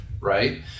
right